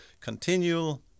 continual